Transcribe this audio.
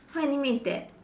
what anime is that